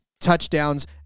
touchdowns